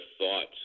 thoughts